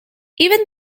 even